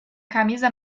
camisa